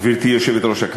גברתי היושבת-ראש,